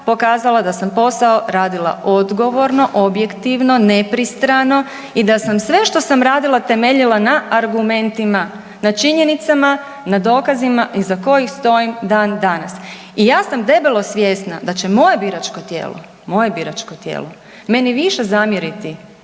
pokazala da sam posao radila odgovorno, objektivno, nepristrano i da sam sve što sam radila temeljila na argumentima, na činjenicama, na dokazima iza kojih stojim dan danas. I ja sam debelo svjesna da će moje biračko tijelo, moje biračko tijelo meni više zamjeriti